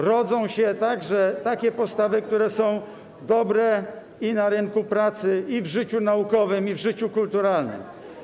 Rodzą się także takie postawy, które są dobre na rynku pracy i w życiu naukowym, i w życiu kulturalnym.